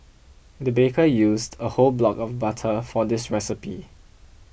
the baker used a whole block of butter for this recipe